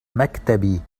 مكتبي